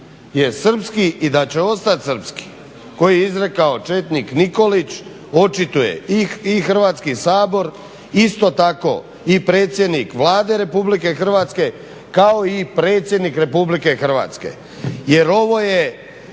je srpski i da će ostati srpski koji je izrekao četnik Nikolić očituje i Hrvatski sabor isto tako i predsjednik Vlade RH kao i predsjednik RH. Jer ovo je